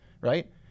right